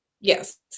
yes